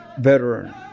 veteran